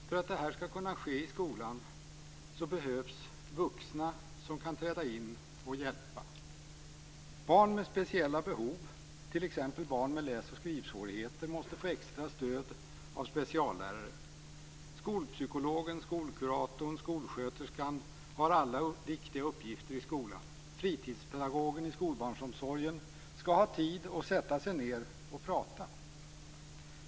För att det här skall kunna ske i skolan behövs vuxna som kan träda in och hjälpa. Barn med speciella behov, t.ex. barn med läs och skrivsvårigheter, måste få extra stöd av speciallärare. Skolpsykologen, skolkuratorn och skolsköterskan har alla viktiga uppgifter i skolan. Fritidspedagogen i skolbarnsomsorgen skall ha tid att sätta sig ned och prata.